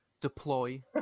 deploy